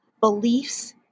beliefs